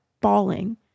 bawling